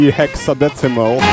hexadecimal